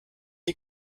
die